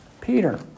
Peter